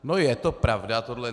No je to pravda, tohle!